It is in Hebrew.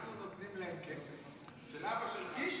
אנחנו נותנים להם כסף, של אבא שלך.